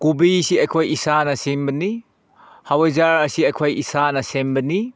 ꯀꯣꯕꯤꯁꯤ ꯑꯩꯈꯣꯏ ꯏꯁꯥꯅ ꯁꯦꯝꯕꯅꯤ ꯍꯋꯥꯏꯖꯥꯔ ꯑꯁꯤ ꯑꯩꯈꯣꯏ ꯏꯁꯥꯅ ꯁꯦꯝꯕꯅꯤ